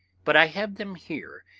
but i have them here,